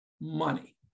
money